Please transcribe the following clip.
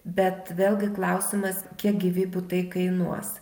bet vėlgi klausimas kiek gyvybių tai kainuos